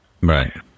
Right